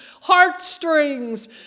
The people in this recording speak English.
heartstrings